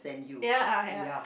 ya uh ya